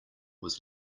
was